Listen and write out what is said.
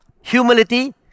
humility